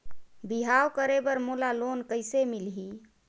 बिहाव करे बर मोला लोन कइसे मिलही?